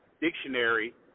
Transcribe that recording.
dictionary